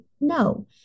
no